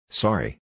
Sorry